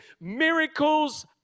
miracles